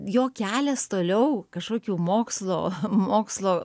jo kelias toliau kažkokių mokslo mokslo